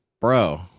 Bro